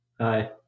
Hi